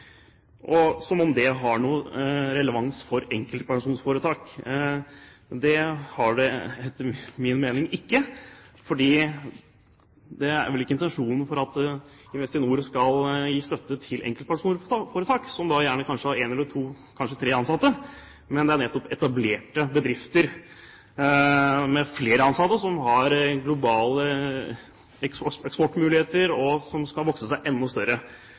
som om det har noen relevans for enkeltpersonforetak. Det har det etter min mening ikke, for det er vel ikke intensjonen at Investinor skal gi støtte til enkeltpersonforetak som gjerne har en, to eller kanskje tre ansatte. Men det er nettopp etablerte bedrifter med flere ansatte som har globale eksportmuligheter, og som skal vokse seg enda større.